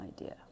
idea